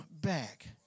back